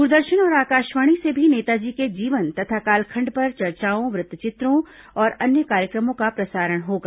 दूरदर्शन और आकाशवाणी से भी नेताजी के जीवन तथा कालखंड पर चर्चाओं वृत्तचित्रों और अन्य कार्यक्रमों का प्रसारण होगा